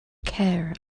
care